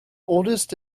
oldest